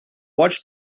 watch